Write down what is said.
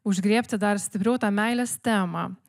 užgriebti dar stipriau tą meilės temą